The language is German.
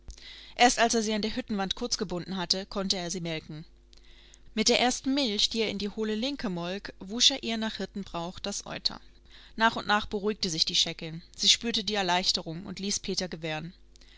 erst als er sie an der hüttenwand kurzgebunden hatte konnte er sie melken mit der ersten milch die er in die hohle linke molk wusch er ihr nach hirtenbrauch das euter nach und nach beruhigte sich die scheckin sie spürte die erleichterung und ließ peter gewähren